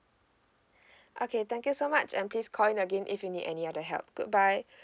okay thank you so much and please call in again if you need any other help goodbye